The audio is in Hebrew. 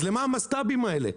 אז למה המסט"בים האלה?